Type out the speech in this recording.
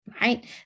right